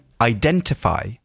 Identify